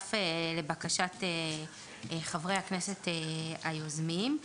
הוסף לבקשת חברי הכנסת היוזמים.